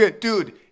Dude